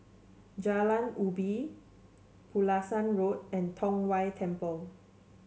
Jalan Ubi Pulasan Road and Tong Whye Temple